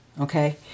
okay